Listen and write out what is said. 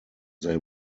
they